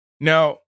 Now